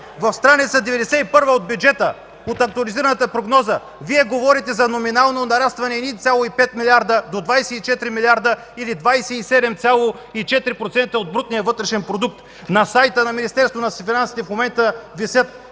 На стр. 91 от Бюджета, от актуализираната прогноза, Вие говорите за номинално нарастване 1,5 милиарда до 24 милиарда или 27,4% от брутния вътрешен продукт. На сайта на Министерството на финансите в момента висят